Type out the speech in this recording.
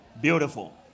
Beautiful